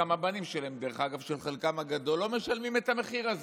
הבנים של חלקם הגדול לא משלמים את המחיר הזה.